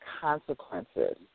consequences